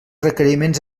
requeriments